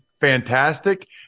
fantastic